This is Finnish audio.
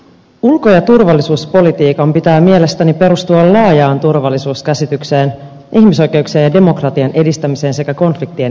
ulko ja turvallisuuspolitiikan pitää mielestäni perustua laajaan turvallisuuskäsitykseen ihmisoikeuksien ja demokratian edistämiseen sekä konfliktien ennaltaehkäisyyn